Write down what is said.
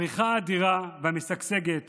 הפריחה האדירה והמשגשגת